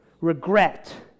regret